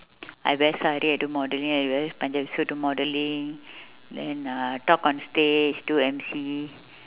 I wear sari I do modelling I wear suit do modelling then uh talk on stage do emcee